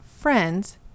friend's